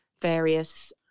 various